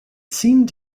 seemed